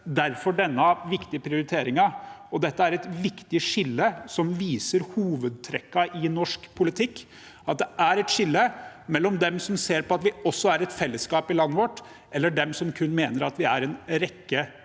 har vi denne viktige prioriteringen. Dette er et viktig skille som viser hovedtrekkene i norsk politikk. Det er et skille mellom dem som ser at vi også er et fellesskap i landet vårt, og dem som mener at vi kun er en rekke